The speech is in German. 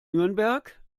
nürnberg